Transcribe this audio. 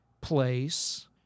place